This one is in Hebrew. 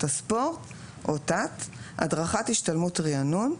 הספורט או תת פעילות הספורט המאורגנת הדרכת השתלמות ריענון,